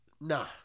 nah